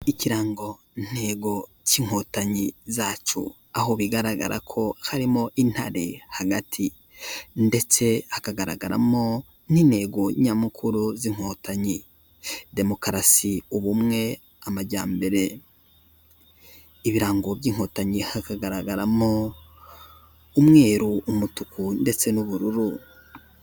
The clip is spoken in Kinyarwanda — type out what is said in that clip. Ikirangontego cy'inkotanyi zacu aho bigaragara ko harimo intare hagati ndetse hakagaragaramo n'intego nyamukuru z'inkotanyi, demokarasi, ubumwe, amajyambere. Ibirango by'inkotanyi hakagaragaramo umweru, umutuku ndetse n'ubururu.